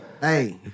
Hey